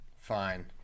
Fine